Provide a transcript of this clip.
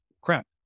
crap